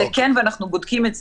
זה כן ואנחנו בודקים את זה,